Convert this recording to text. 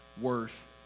worth